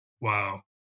wow